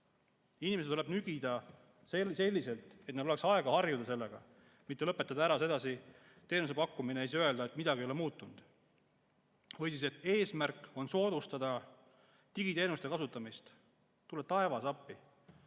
Inimesi tuleb nügida selliselt, et neil oleks aega harjuda, mitte lõpetada ära teenuse pakkumine ja siis öelda, et midagi ei ole muutunud. Või siis see, et eesmärk on soodustada digiteenuste kasutamist. Tule taevas appi!